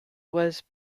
was